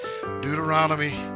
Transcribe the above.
Deuteronomy